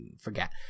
forget